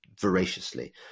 voraciously